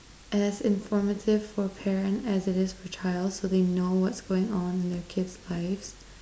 as informative for parent as it is for child so they know what's going on in their kid's lives